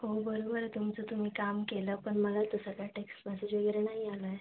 हो बरोबर आहे तुमचं तुम्ही काम केलं पण मला तसं काय टेक्स मेसेज वगैरे नाही आला आहे